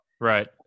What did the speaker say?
Right